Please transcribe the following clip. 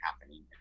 happening